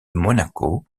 monaco